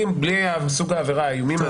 סוג העבירה איומים,